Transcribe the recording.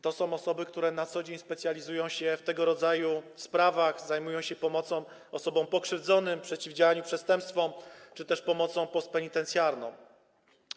To są osoby, które na co dzień specjalizują się w tego rodzaju sprawach, zajmują się pomocą osobom pokrzywdzonym, przeciwdziałaniem przestępstwom czy też pomocą postpenitencjarną.